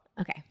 Okay